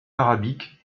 arabique